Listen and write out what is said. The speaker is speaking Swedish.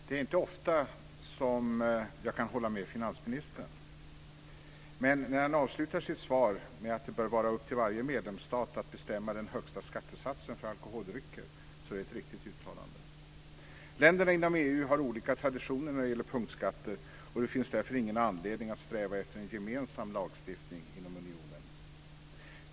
Fru talman! Det är inte ofta som jag kan hålla med finansministern. Men han avslutar sitt svar med att det bör vara upp till varje medlemsstat att bestämma den högsta skattesatsen för alkoholdrycker, och det tycker jag är ett riktigt uttalande. Länderna inom EU har olika traditioner när det gäller punktskatter. Det finns därför ingen anledning att sträva efter en gemensam lagstiftning inom unionen.